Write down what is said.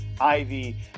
Ivy